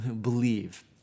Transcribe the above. believe